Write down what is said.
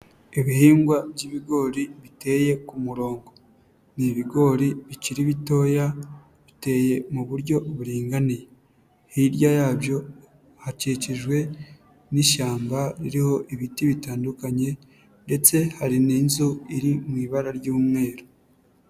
Ibihingwa by'ibigori biteye ku murongo. Ni ibigori bikiri bitoya, biteye mu buryo buringaniye. Hirya yabyo hakikijwe n'ishyamba ririho ibiti bitandukanye ndetse hari n'inzu iri mu ibara ry'umweru.